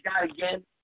again